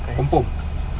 konpom